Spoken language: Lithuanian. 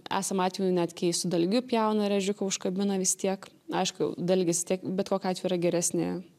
esam atvejų net kai su dalgiu pjauna ir ežiuką užkabina vis tiek aišku dalgis vis tiek bet kokiu atveju yra geresnė